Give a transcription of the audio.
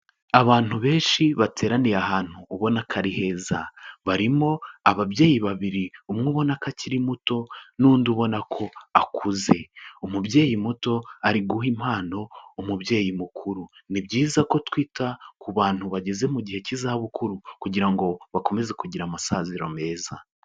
Abantu benshi bateraniye ahantu ubona ko ari heza. Barimo ababyeyi babiri, umwe ubona ko akiri muto n'undi ubona ko akuze. Umubyeyi muto ari guha impano umubyeyi mukuru. Ni byiza ko twita ku bantu bageze mu gihe cy'izabukuru kugira ngo bakomeze kugira amasaziro meza.